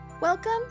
Welcome